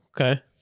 Okay